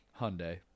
Hyundai